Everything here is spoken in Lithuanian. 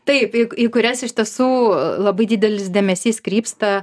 taipį į kurias iš tiesų labai didelis dėmesys krypsta